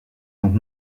donc